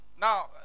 Now